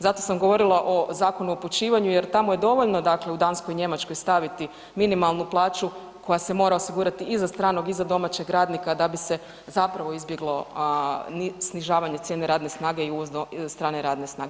Zato sam govorila o Zakonu o upućivanju jer tamo je dovoljno dakle u Danskoj i Njemačkoj staviti minimalnu plaću koja se mora osigurati i za stranog i za domaćeg radnika da bi se zapravo izbjeglo snižavanje cijene radne snage i uvozne strane radne snage.